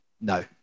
No